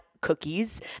cookies